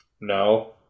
No